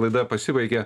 laida pasibaigė